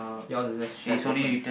yours isn't shed open